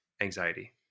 anxiety